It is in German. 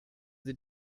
sie